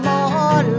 More